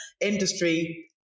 industry